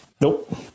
Nope